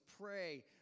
pray